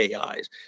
AIs